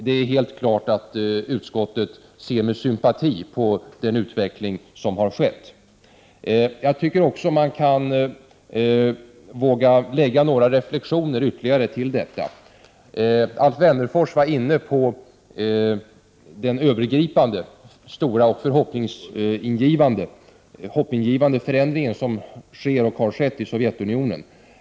Det är helt klart att utskottet ser med sympati på den utveckling som har skett. Jag tror också man kan lägga ytterligare några reflektioner på detta. Alf Wennerfors var inne på den övergripande stora hoppingivande förändring som sker och har skett i Sovjetunionen.